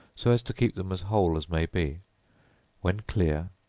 so as to keep them as whole as may be when clear,